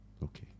Okay